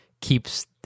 keeps